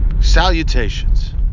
Salutations